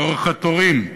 באורך התורים,